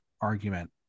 argument